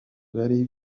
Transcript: bari